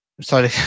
sorry